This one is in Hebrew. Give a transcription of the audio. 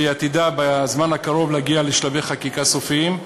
והיא עתידה בזמן הקרוב להגיע לשלבי חקיקה סופיים.